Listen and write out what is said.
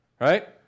Right